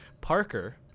Parker